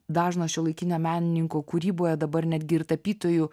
dažno šiuolaikinio menininko kūryboje dabar netgi ir tapytojų